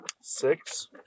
Six